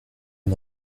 est